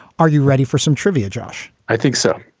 are you ready for some trivia, josh? i think so.